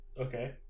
Okay